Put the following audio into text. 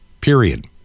Period